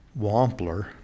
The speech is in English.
Wampler